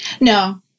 No